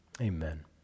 amen